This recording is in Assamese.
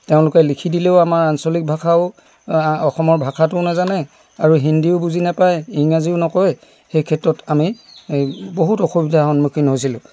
তেওঁলোকে লিখি দিলেও আমাৰ আঞ্চলিক ভাষাও অসমৰ ভাষাটোও নাজানে আৰু হিন্দীও বুজি নাপায় ইংৰাজীও নকয় সেইক্ষেত্ৰত আমি বহুত অসুবিধাৰ সন্মুখীন হৈছিলোঁ